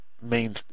main